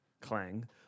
Clang